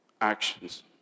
actions